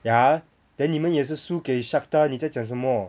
ya then 你们也是输给 Shakhtar 你在讲什么